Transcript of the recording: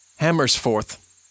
Hammersforth